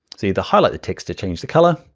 see the highlight the text to change the color.